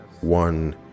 one